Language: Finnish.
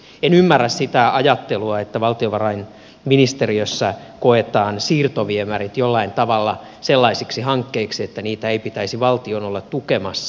en ymmärrä sitä ajattelua että valtiovarainministeriössä koetaan siirtoviemärit jollain tavalla sellaisiksi hankkeiksi että niitä ei pitäisi valtion olla tukemassa